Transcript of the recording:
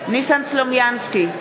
ניסן סלומינסקי,